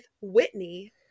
Whitney